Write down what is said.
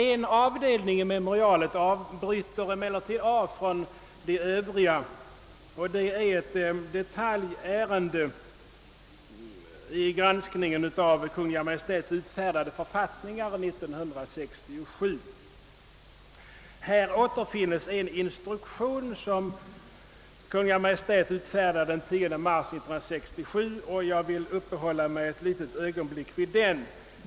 En avdelning i memorialet bryter emellertid av från de övriga. Det gäller ett detaljärende i granskningen av de av Kungl. Maj:t utfärdade författningarna 1967. Här återfinns en instruktion som Kungl. Maj:t utfärdade den 10 mars 1967, och jag vill uppehålla mig ett litet ögonblick vid den.